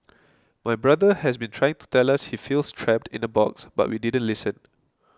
my brother has been trying to tell us he feels trapped in a box but we didn't listen